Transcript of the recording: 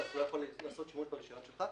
אתה לא יכול לעשות שימוש ברישיון שלך.